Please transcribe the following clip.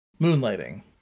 Moonlighting